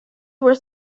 were